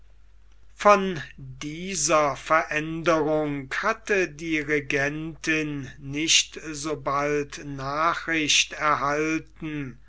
von dieser veränderung hatte die regentin nicht sobald nachricht erhalten